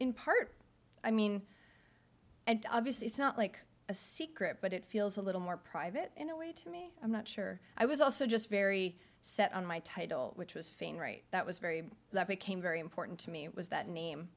in part i mean and obviously it's not like a secret but it feels a little more private in a way to me i'm not sure i was also just very set on my title which was fein right that was very light became very important to me it was that name